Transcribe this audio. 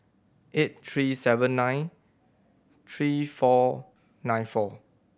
eight three seven nine three four nine four